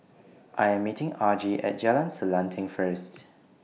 I Am meeting Argie At Jalan Selanting First